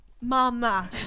Mama